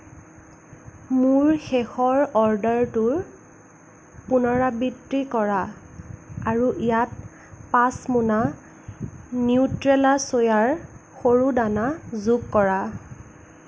মোৰ শেষৰ অৰ্ডাৰটোৰ পুনৰাবৃত্তি কৰা আৰু ইয়াত পাঁচ মোনা নিউট্ৰেলা চ'য়াৰ সৰু দানা যোগ কৰা